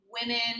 women